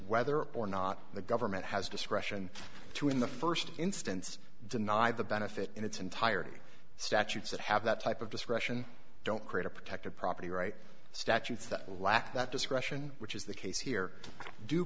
whether or not the government has discretion to in the first instance deny the benefit in its entirety statutes that have that type of discretion don't create a protected property right statutes that will lack that discretion which is the case here do